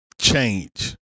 change